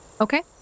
Okay